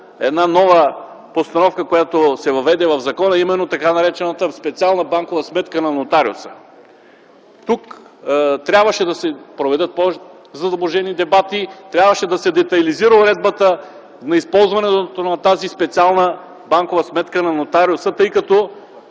една нова постановка, която се въведе в закона, а именно така наречената специална банкова сметка на нотариуса. Тук трябваше да се проведат повече задълбочени дебати, трябваше да се детайлизира уредбата на използването на тази специална банкова сметка на нотариуса, тъй като